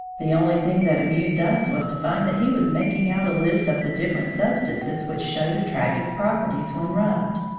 the only thing that amused us was to find that he was making out a list of the different substances which showed attractive properties when rubbed.